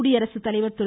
குடியரசுத்தலைவர் திரு